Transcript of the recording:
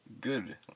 good